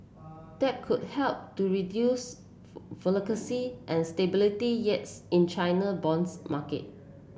that could help to reduce and stability yields in China bonds market